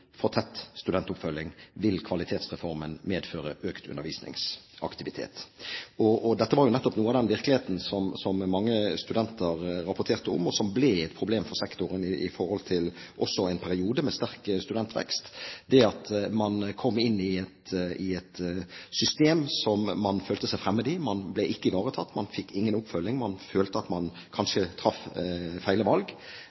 tett studentoppfølging, vil kvalitetsreformen medføre økt undervisningsaktivitet.» Dette var jo nettopp noe av den virkeligheten som mange studenter rapporterte om, og som ble et problem for sektoren også i en periode med sterk studentvekst, ved at man kom inn i et system som man følte seg fremmed i. Man ble ikke ivaretatt, man fikk ingen oppfølging, man følte at man